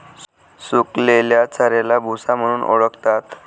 सुकलेल्या चाऱ्याला भुसा म्हणून ओळखतात